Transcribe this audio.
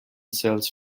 sells